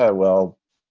yeah well.